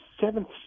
seventh